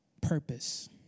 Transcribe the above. purpose